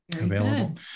available